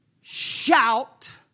Shout